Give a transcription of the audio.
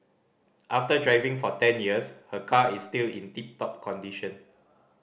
after driving for ten years her car is still in tip top condition